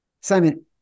Simon